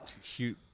huge